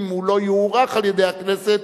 אם הוא לא יוארך על-ידי הכנסת,